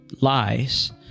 lies